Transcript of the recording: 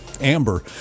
amber